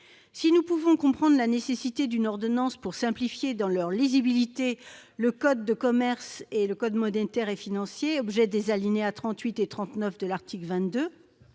nous pouvons comprendre la nécessité d'une ordonnance pour simplifier, dans leur lisibilité, le code de commerce et le code monétaire et financier. Cette démarche fait l'objet